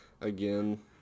again